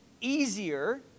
easier